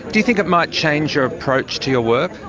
do you think it might change your approach to your work?